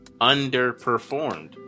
Underperformed